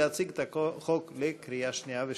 להציג את הצעת החוק לקריאה שנייה ושלישית.